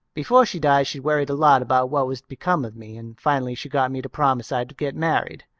before she died she worried a lot about what was to become of me and finally she got me to promise i'd get married.